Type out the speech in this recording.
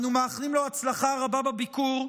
אנו מאחלים לו הצלחה רבה בביקור,